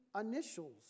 initials